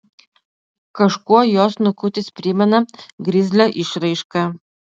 kažkuo jo snukutis primena grizlio išraišką